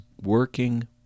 working